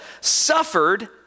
suffered